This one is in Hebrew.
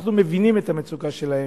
אנחנו מבינים את המצוקה שלהם.